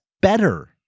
better